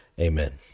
Amen